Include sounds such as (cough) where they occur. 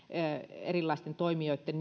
erilaisten toimijoitten (unintelligible)